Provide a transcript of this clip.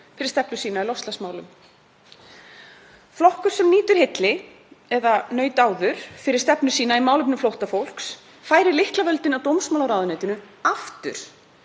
fyrir stefnu sína í loftslagsmálum. Flokkur sem nýtur hylli, eða naut áður, fyrir stefnu sína í málefnum flóttafólks færir lyklavöldin að dómsmálaráðuneytinu aftur